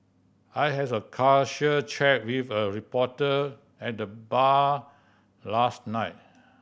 I has a casual chat with a reporter at the bar last night